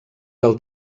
del